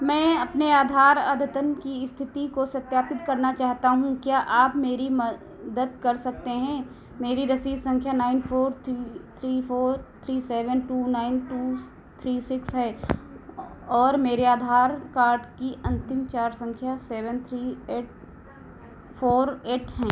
मैं अपने आधार अध्यतन की स्थिति को सत्यापित करना चाहता हूँ क्या आप मेरी मदद कर सकते हैं मेरी रसीद संख्या nine four three three four three seven two nine two three six है और मेरे आधार कार्ड की अंतिम चार संख्या seven three eight four eight हैं